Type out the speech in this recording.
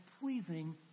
pleasing